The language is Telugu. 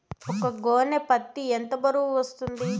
ఒక గోనె పత్తి ఎంత బరువు వస్తుంది?